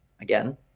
again